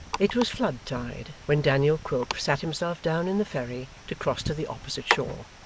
it was flood tide when daniel quilp sat himself down in the ferry to cross to the opposite shore.